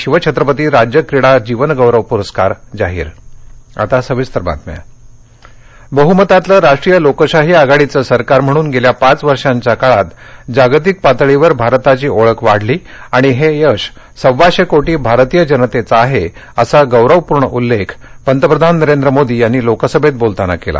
शिवछत्रपती राज्य क्रीडा जीवनगौरव पुरस्कार जाहीर संसद बह्मतातलं राष्ट्रीय लोकशाही आघाडीचं सरकार म्हणून गेल्या पाच वर्षांच्या काळात जागतिक पातळीवर भारताची ओळख वाढली आणि हे यश सव्वाशे कोटी भारतीय जनतेचं आहे असा गौरवपूर्ण उल्लेख पंतप्रधान नरेंद्र मोदी यांनी लोकसभेत बोलताना केला